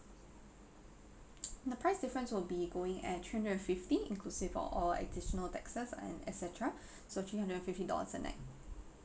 the price difference will be going at three hundred and fifty inclusive of all additional taxes and et cetera so three hundred and fifty dollars a night